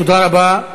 תודה רבה.